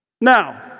Now